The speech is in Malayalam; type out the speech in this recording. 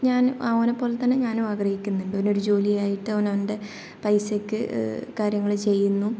ഞാൻ ഓനെ പോലെതന്നെ ഞാനും ആഗ്രഹിക്കുന്നുണ്ട് ഓൻ ഒരു ജോലി ആയിട്ട് ഓൻ അവൻ്റെ പൈസയ്ക്ക് കാര്യങ്ങൾ ചെയ്യുന്നു